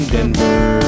Denver